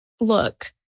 look